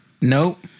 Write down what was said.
nope